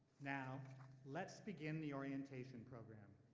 now let's begin the orientation program.